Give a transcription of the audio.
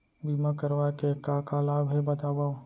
बीमा करवाय के का का लाभ हे बतावव?